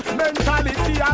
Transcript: mentality